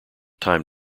time